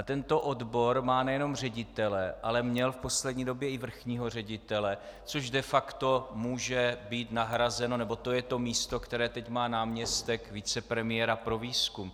Tento odbor má nejenom ředitele, ale měl v poslední době i vrchního ředitele, což de facto může být nahrazeno, nebo to je to místo, které teď má náměstek vicepremiéra pro výzkum.